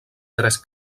tres